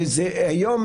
היום,